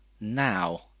now